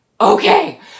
okay